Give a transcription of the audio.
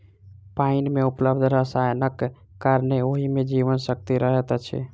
पाइन मे उपलब्ध रसायनक कारणेँ ओहि मे जीवन शक्ति रहैत अछि